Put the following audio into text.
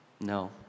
No